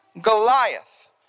Goliath